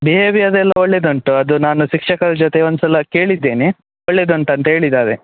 behaviour ಎಲ್ಲ ಒಳ್ಳೆಯದುಂಟು ಅದು ನಾನು ಶಿಕ್ಷಕರ ಜೊತೆ ಒಂದ್ಸಲ ಕೇಳಿದ್ದೇನೆ ಒಳ್ಳೆಯದುಂಟಂತ ಹೇಳಿದಾರೆ